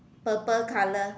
purple color